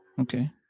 Okay